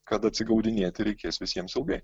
kad atsigaudinėti reikės visiems ilgai